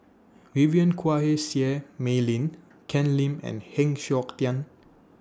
Vivien Quahe Seah Mei Lin Ken Lim and Heng Siok Tian